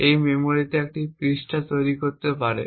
এটি মেমরিতে একটি পৃষ্ঠা তৈরি করতে পারে